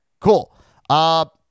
cool